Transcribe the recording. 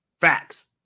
Facts